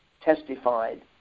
testified